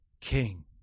king